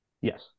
Yes